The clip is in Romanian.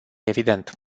evident